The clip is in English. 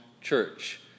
church